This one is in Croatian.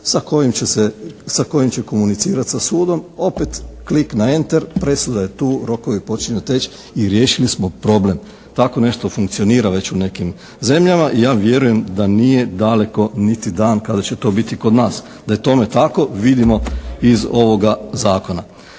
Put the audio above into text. sa kojim će komunicirati sa sudom. Opet klik na enter, presuda je tu, rokovi počinju teći i riješili smo problem. Tako nešto funkcionira već u nekim zemljama i ja vjerujem da nije daleko niti dan kada će to biti i kod nas. Da je tome tako vidimo iz ovoga Zakona.